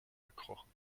gekrochen